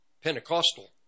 Pentecostal